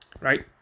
right